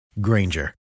Granger